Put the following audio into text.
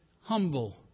humble